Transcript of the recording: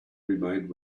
remained